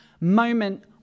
moment